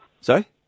Sorry